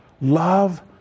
Love